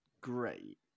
great